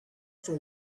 for